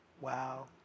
Wow